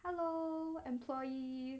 hello employees